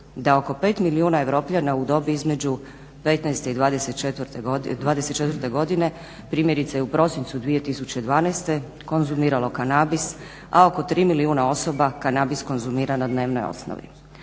da oko 5 milijuna Europljana u dobi između 15 i 24 godine primjerice u prosincu 2012. je konzumiralo kanabis, a oko 3 milijuna osoba kanabis konzumira na dnevnoj osnovi.